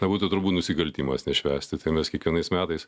na būtų turbūt nusikaltimas nešvęsti tai mes kiekvienais metais